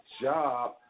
job